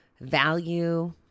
value